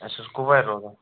اَسہِ حظ کوپوارِ روزان